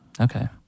Okay